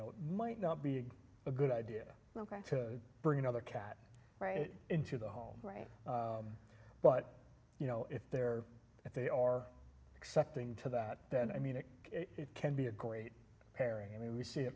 it might not be a good idea to bring another cat right into the home right but you know if they're if they are accepting to that then i mean it it can be a great pairing i mean we see